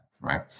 right